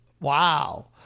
Wow